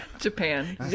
Japan